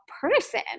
person